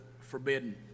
forbidden